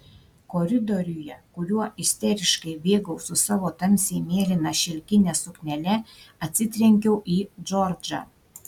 koridoriuje kuriuo isteriškai bėgau su savo tamsiai mėlyna šilkine suknele atsitrenkiau į džordžą